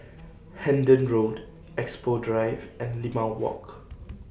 Hendon Road Expo Drive and Limau Walk